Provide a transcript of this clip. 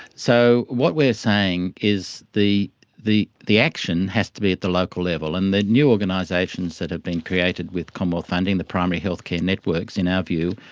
so what we are saying is the the action has to be at the local level, and the new organisations that have been created with commonwealth funding, the primary health care networks in our view,